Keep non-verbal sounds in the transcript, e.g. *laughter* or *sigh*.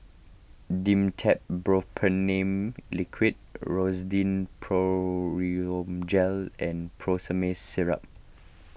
Dimetapp *unintelligible* Liquid Rosiden *unintelligible* Gel and *unintelligible* Syrup